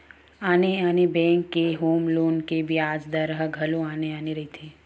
आने आने बेंक के होम लोन के बियाज दर ह घलो आने आने रहिथे